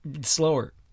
slower